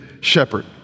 shepherd